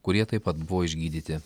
kurie taip pat buvo išgydyti